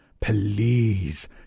Please